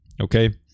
Okay